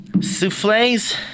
souffles